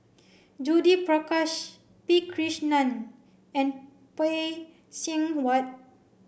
Judith Prakash P Krishnan and Phay Seng Whatt